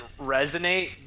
resonate